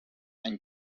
and